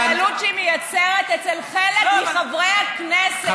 אבל ההתנהלות שהיא מייצרת אצל חלק מחברי הכנסת,